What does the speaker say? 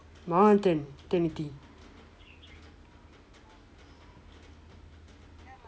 my one ten ten eighty